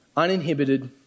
uninhibited